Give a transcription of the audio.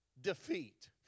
defeat